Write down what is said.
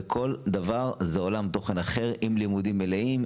וכל דבר זה עולם תוכן אחר עם לימודים מלאים,